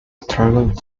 struggled